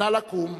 נא לקום.